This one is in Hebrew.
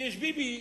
ויש ביבי,